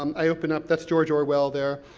um i open up, that's george orwell there,